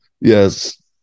Yes